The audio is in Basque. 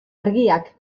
argiak